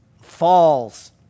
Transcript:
Falls